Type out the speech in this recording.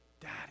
Daddy